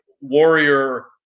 warrior